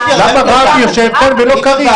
למה רם יושב כאן ולא קריב?